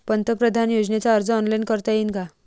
पंतप्रधान योजनेचा अर्ज ऑनलाईन करता येईन का?